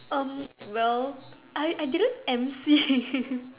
well I I didn't M_C